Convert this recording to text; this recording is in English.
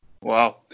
Wow